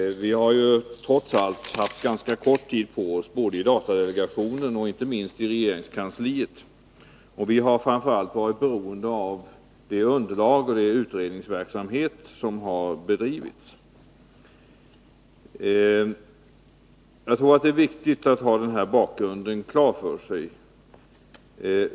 Vi har ju trots allt haft ganska kort tid på oss både i datadelegationen och inte minst i regeringskansliet, och vi har framför allt varit beroende av underlaget från den utredningsverksamhet som har bedrivits. Jag tror att det är viktigt att ha den bakgrunden klar för sig.